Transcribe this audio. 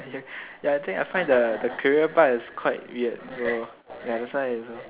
I think I find the the career part is quite weird so ya so that why is a